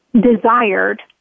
desired